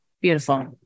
beautiful